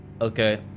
Okay